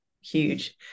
huge